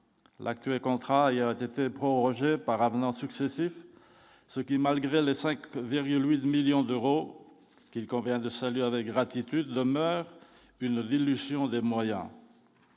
l'actuel contrat hier était prorogée par avenant successifs, ceux qui, malgré les 5,8 millions d'euros qu'il convient de saluer avec gratitude demeure une dilution des moyens.